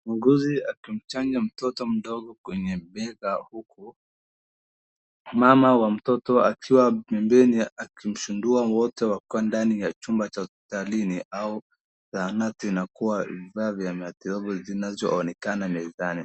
Muuguzi akimchanja mtoto mdogo kwenye bega huku, mama wa mtoto akiwa pembeni akimshudua . wote wakiwa ndani ya chumba cha hospitalini au zahanati na kuwa vifaa vya matibabu zinazoonekana mezani.